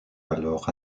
alors